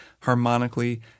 harmonically